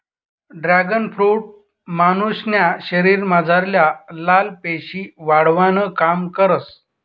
dragon fruit मानुसन्या शरीरमझारल्या लाल पेशी वाढावानं काम करस